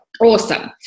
Awesome